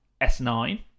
S9